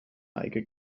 neige